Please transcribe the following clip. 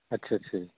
ਅੱਛਾ ਅੱਛਾ ਜੀ